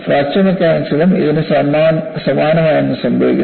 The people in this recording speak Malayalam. ഫ്രാക്ചർ മെക്കാനിക്സിലും ഇതിന് സമാനമായ ഒന്ന് സംഭവിക്കുന്നു